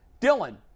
Dylan